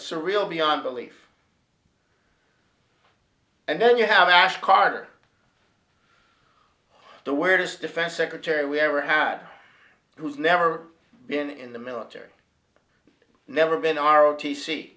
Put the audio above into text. surreal beyond belief and then you have ask carter the weirdest defense secretary we ever had who's never been in the military never been